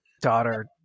daughter